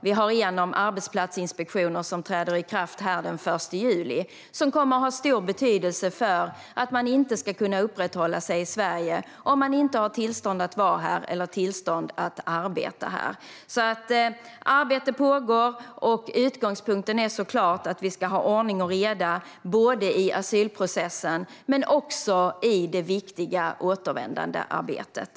Vi har en om arbetsplatsinspektioner, som träder i kraft den 1 juli och som kommer att ha stor betydelse för att man inte ska kunna uppehålla sig i Sverige om man inte har tillstånd att vara eller arbeta här. Arbete pågår, och utgångspunkten är såklart att vi ska ha ordning och reda både i asylprocessen och i det viktiga återvändandearbetet.